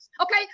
okay